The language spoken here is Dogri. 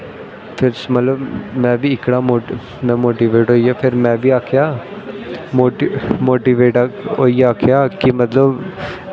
में बी मतलव एह्कड़ा मोटिवेट में मोटिवेट होइया फिर में केह् आक्खेआ मोटिवेट होइयै आक्खेआ कि मतलव